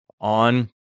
on